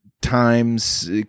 times